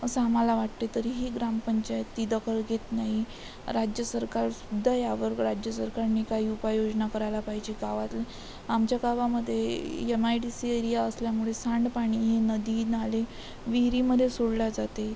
असं आम्हाला वाटते तरीही ग्रामपंचायत ती दखल घेत नाही राज्य सरकारसुद्धा यावर राज्य सरकारने काही उपाययोजना करायला पाहिजे गावातलं आमच्या गावामध्ये M I D C area असल्यामुळे सांडपाणी हे नदी नाले विहिरीमध्ये सोडल्या जाते